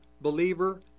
believer